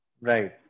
Right